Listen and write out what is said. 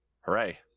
hooray